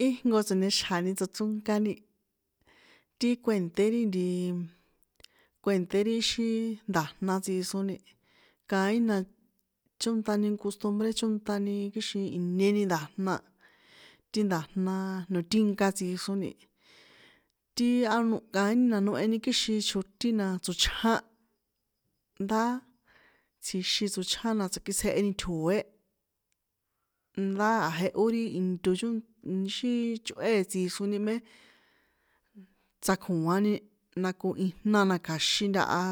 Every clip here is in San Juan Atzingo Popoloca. Íjnko tsonixjani tsochronkani, ti kuènṭé ri ntiiii, kuènṭé ri xí nda̱jna tsixroni, kaín na chónṭani jnko costumbre chónṭani kixin inie nda̱jna, ti nda̱jnaaa niotínkä tsixroni, ti anoh kaíni na noheni kixin chjotín na tsochján, ndá tsjixin tsochján na tsakitsjeheni tjo̱é, ndá a̱ jehó ri into chónṭa xíii chꞌóe e tsixroni mé, tsako̱ani na ko ijna na kja̱xin ntaha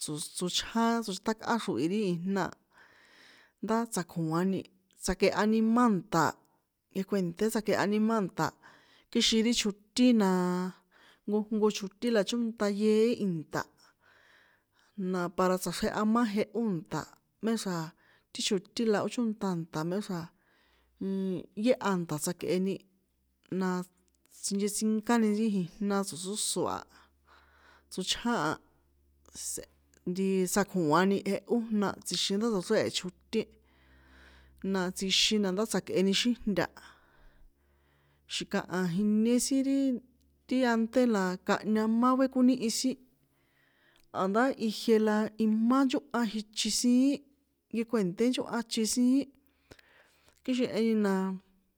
tso̱ tsochján tsochjátákꞌá xrohi ri ijna, ndá tsako̱ani, tsakehani má nṭa̱, nkekuènṭé tsakehani má nṭa̱, kixin ri chjotín na, nkojnko chjotín na chónṭa yeé ìnṭa̱, na para tsachreha má jehó nṭa̱ méxra̱ ti chjotín na ó chónṭa nṭa̱ méxra̱ yéha nṭa̱ tsjekꞌeni, na sinchetsinkáni ri jina tso̱sóso a, tsochján a, si se, ntiii tsako̱ani jehó jna tsjixin ndá tsochréhe chjotín, na tsjín na ndá tsjakꞌeni xíjnta, xi̱kaha jinie sin ri, ti ante la kanhña má vekoníhi sin, a̱ndá ijie la imá nchónha ichin siín, nkekuènté nchóhan ichin siín, kixin jeheni na.